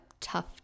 tough